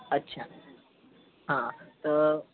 अच्छा हा तर